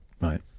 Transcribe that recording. right